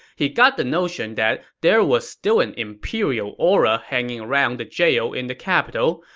he got the notion that there was still an imperial aura hanging around the jail in the capital,